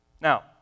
Now